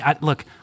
look